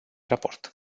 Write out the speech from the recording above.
raport